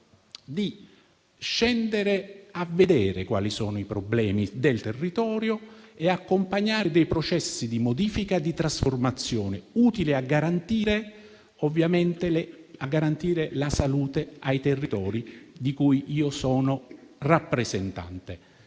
di scendere a vedere quali sono i problemi del territorio e accompagnare dei processi di modifica, di trasformazione, utili a garantire la salute nei territori di cui sono rappresentante.